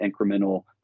incremental